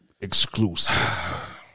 Exclusive